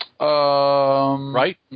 right